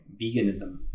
veganism